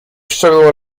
ściągnął